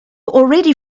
already